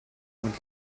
und